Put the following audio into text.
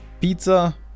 Pizza